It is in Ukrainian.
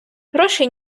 грошей